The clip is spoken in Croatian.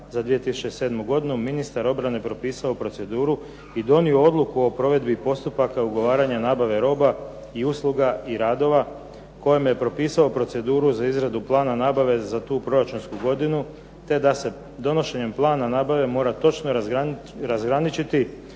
za 2007. godinu ministar obrane propisao proceduru i donio odluku o provedbi postupaka ugovaranja nabave roba i usluga i radova kojima je propisao proceduru za izradu plana nabave za tu proračunsku godinu te da se donošenjem plana nabave mora točno razgraničiti